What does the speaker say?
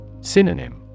Synonym